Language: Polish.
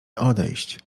odejść